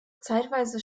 zeitweise